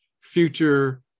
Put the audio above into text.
future